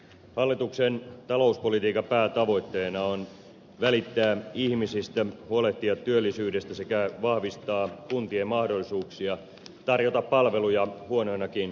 hallituksen talouspolitiikan päätavoitteena on välittää ihmisistä huolehtia työllisyydestä sekä vahvistaa kuntien mahdollisuuksia tarjota palveluja huonoinakin aikoina